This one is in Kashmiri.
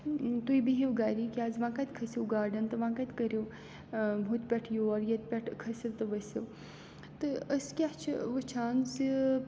تُہۍ بِہِو گری کیٛازِ وۄنۍ کَتہِ کھٔسِو گاڑٮ۪ن تہٕ وۄنۍ کَتہِ کٔرِو ہُتہِ پٮ۪ٹھ یور ییٚتہِ پٮ۪ٹھ کھٔسِو تہٕ ؤسِو تہٕ أسۍ کیٛاہ چھِ وٕچھان زِ